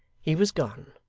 he was gone,